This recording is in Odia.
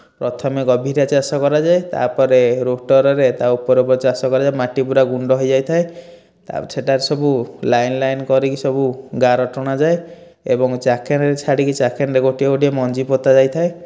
ପ୍ରଥମେ ଗଭୀରିଆ ଚାଷ କରାଯାଏ ତା ପରେ ରୁଟରରେ ତା ଉପରେ ଉପରେ ଚାଷ କରାଯାଏ ମାଟି ପୂରା ଗୁଣ୍ଡ ହୋଇ ଯାଇଥାଏ ତାପରେ ସେଟା ସବୁ ଲାଇନ ଲାଇନ କରିକି ସବୁ ଗାର ଟଣାଯାଏ ଏବଂ ଚାଖେଣ୍ଡେ ଛାଡ଼ି ଚାଖେଣ୍ଡେ ଗୋଟିଏ ଗୋଟିଏ ମଞ୍ଜି ପୋତା ଯାଇଥାଏ